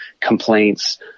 complaints